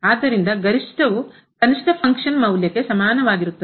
ಆದ್ದರಿಂದ ಗರಿಷ್ಠವು ಕನಿಷ್ಟ ಫಂಕ್ಷನ್ ಕಾರ್ಯ ಮೌಲ್ಯಕ್ಕೆ ಸಮಾನವಾಗಿರುತ್ತದೆ